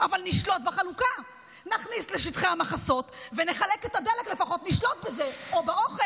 הדבר היחיד שמעניין אותי זה איך אנחנו ננצח את מלחמת תופת 7 באוקטובר.